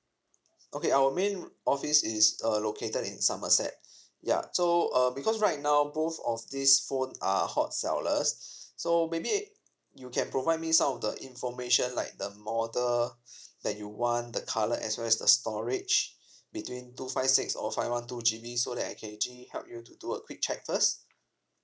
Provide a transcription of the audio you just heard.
okay our main office is uh located in somerset ya so uh because right now both of these phones are hot sellers so maybe you can provide me some of the information like the model that you want the colour as well as the storage between two five six or five one two G B so that I can actually help you to do a quick check first